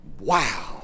Wow